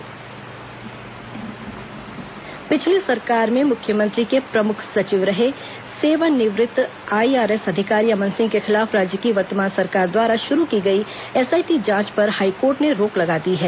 high court Aman Singh पिछली सरकार में मुख्यमंत्री के प्रमुख सचिव रहे सेवानिवृत्त आईआरएस अधिकारी अमन सिंह के खिलाफ राज्य की वर्तमान सरकार द्वारा शुरू की गई एसआईटी जांच पर हाईकोर्ट ने रोक लगा दी है